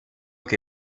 que